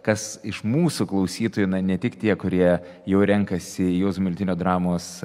kas iš mūsų klausytojų na ne tik tie kurie jau renkasi į juozo miltinio dramos